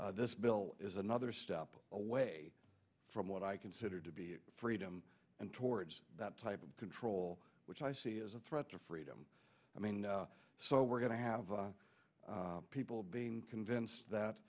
s this bill is another step away from what i consider to be freedom and towards that type of control which i see as a threat to freedom i mean so we're going to have people being convinced that